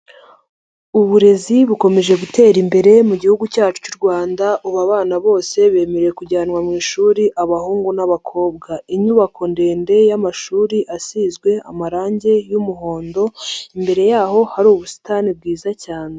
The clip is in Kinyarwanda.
Uburezi bukomeje gutera imbere mu gihugu cyacu cy'u Rwanda, ubu abana bose bemerewe kujyanwa mu ishuri, abahungu n'abakobwa, inyubako ndende y'amashuri, asizwe amarangi y'umuhondo, imbere yaho hari ubusitani bwiza cyane.